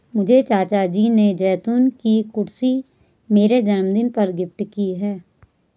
मुझे चाचा जी ने जैतून की कुर्सी मेरे जन्मदिन पर गिफ्ट की है